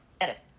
edit